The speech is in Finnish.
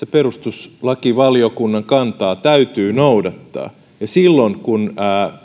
perustuslakivaliokunnan kantaa täytyy noudattaa silloin kun